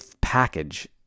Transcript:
package